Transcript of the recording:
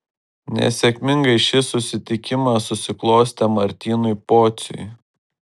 nesėkmingai šis susitikimas susiklostė martynui pociui